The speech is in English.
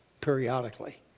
periodically